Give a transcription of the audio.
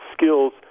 skills